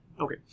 Okay